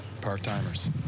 part-timers